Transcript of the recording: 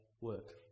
work